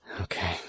Okay